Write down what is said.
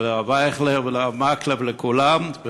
לרב אייכלר ולרב מקלב, לכולם.